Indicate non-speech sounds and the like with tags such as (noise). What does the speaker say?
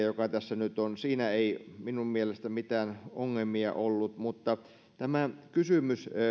(unintelligible) joka tässä nyt on minun mielestäni mitään ongelmia ollut mutta tämä kysymys